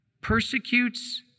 persecutes